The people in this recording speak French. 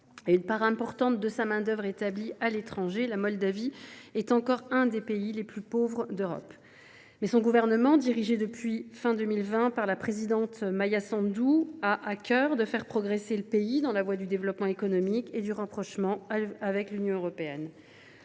une part importante de sa main d’œuvre établie à l’étranger, la Moldavie demeure l’un des pays les plus pauvres d’Europe. Son gouvernement, dirigé depuis la fin de l’année 2020 par la présidente Maia Sandu, a à cœur de faire avancer le pays sur la voie du développement économique et du rapprochement avec l’Union européenne.